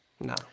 no